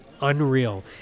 unreal